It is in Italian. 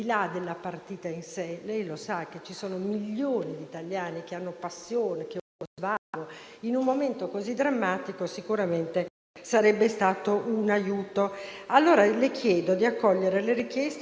Le faccio un esempio: io sono di Milano e lo stadio San Siro ha 80.000 posti. Io credo che un terzo degli spettatori potrebbe da subito andare a vedere le partite.